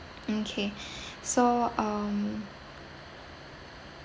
mm K so um